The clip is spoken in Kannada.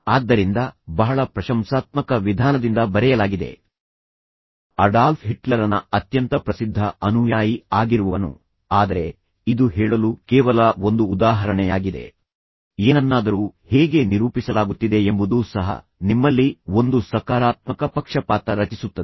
ಆದ್ದರಿಂದ ಬಹಳ ಪ್ರಶಂಸಾತ್ಮಕ ವಿಧಾನದಿಂದ ಬರೆಯಲಾಗಿದೆ ಅಡಾಲ್ಫ್ ಹಿಟ್ಲರನ ಅತ್ಯಂತ ಪ್ರಸಿದ್ಧ ಅನುಯಾಯಿ ಆಗಿರುವವನು ಆದರೆ ಇದು ಹೇಳಲು ಕೇವಲ ಒಂದು ಉದಾಹರಣೆಯಾಗಿದೆ ಏನನ್ನಾದರೂ ಹೇಗೆ ನಿರೂಪಿಸಲಾಗುತ್ತಿದೆ ಎಂಬುದು ಸಹ ನಿಮ್ಮಲ್ಲಿ ಒಂದು ಸಕಾರಾತ್ಮಕ ಪಕ್ಷಪಾತ ರಚಿಸುತ್ತದೆ